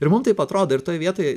ir mum taip atrodo ir toj vietoj